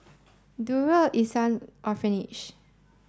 Darul Ihsan Orphanage